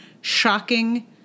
shocking